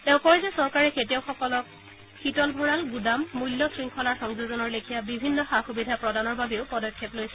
তেওঁ কয় যে চৰকাৰে খেতিয়কসকলক শীতল ভৰাল গুদাম মূল্য শৃংখলাৰ সংযোজনৰ লেখিয়া বিভিন্ন সা সুবিধা প্ৰদানৰ বাবেও পদক্ষেপ লৈছে